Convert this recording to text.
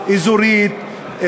אזורית,